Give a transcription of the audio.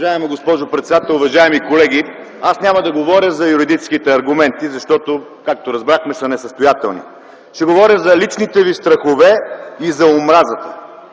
Уважаема госпожо председател, уважаеми колеги! Аз няма да говоря за юридическите аргументи, защото, както разбрахме, са несъстоятелни. Ще говоря за личните ви страхове и за омразата.